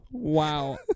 Wow